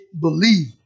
believe